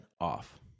off